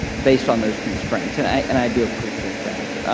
based on those constraints, and i and i do appreciate that.